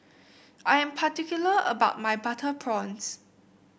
I am particular about my Butter Prawns